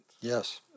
Yes